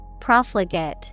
Profligate